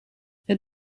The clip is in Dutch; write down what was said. het